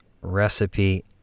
recipe